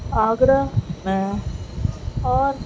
آگرہ میں اور